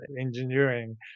engineering